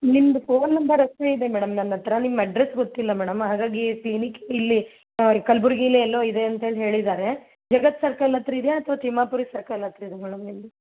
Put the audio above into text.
ನಿಮ್ಮದು phone number ಅಷ್ಟೇ ಇದೆ ಮೇಡಮ್ ನನ್ನ ಹತ್ತಿರ ನಿಮ್ಮ ಅಡ್ರೆಸ್ ಗೊತ್ತಿಲ್ಲ ಮೇಡಮ್ ಹಾಗಾಗಿ ಕ್ಲಿನಿಕ್ ಇಲ್ಲಿ ಕಲಬುರ್ಗಿಲಿ ಎಲ್ಲೋ ಇದೆ ಅಂತ ಹೇಳಿ ಹೇಳಿದ್ದಾರೆ ಜಗತ್ ಸರ್ಕಲ್ ಹತ್ತಿರ ಇದಿಯಾ ಅಥವಾ ತಿಮ್ಮಾಪುರಿ ಸರ್ಕಲ್ ಹತ್ತಿರ ಇದಿಯಾ ಮೇಡಮ್ ನಿಮ್ಮದು